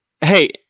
Hey